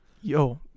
Yo